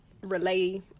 relay